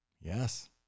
Yes